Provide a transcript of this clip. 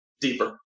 deeper